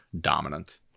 dominant